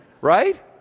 Right